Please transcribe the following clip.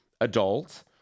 adult